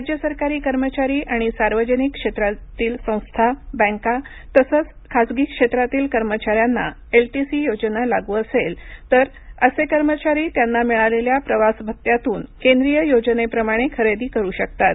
राज्य सरकारी कर्मचारी आणि सावर्जनिक क्षेत्रातील संस्था बँका तसंच खासगी क्षेत्रातील कर्मचाऱ्यांना एलटिसी योजना लागू असेल तर असे कर्मचारी त्यांना मिळालेल्या प्रवास भत्त्यातून केंद्रीय योजने प्रमाणे खरेदी करू शकतात